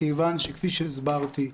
כפי שהסברתי,